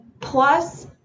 plus